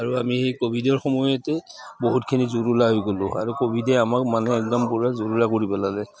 আৰু আমি সেই ক'ভিডৰ সময়তে বহুতখিনি জুৰুলা হৈ গ'লোঁ আৰু ক'ভিডে আমাক মানুহ একদম পুৰা জুৰুলা কৰি পেলালে